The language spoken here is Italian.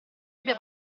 abbia